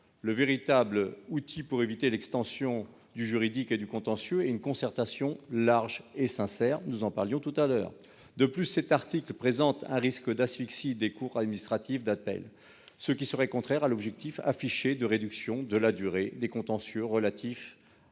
Le véritable outil pour éviter l'extension des contentieux est une concertation large et sincère- nous en parlions tout à l'heure. De plus, cet article présente un risque d'asphyxie des CAA, ce qui serait contraire à l'objectif affiché de réduction de la durée des contentieux relatifs à ces